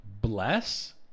Bless